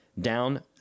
down